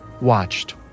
watched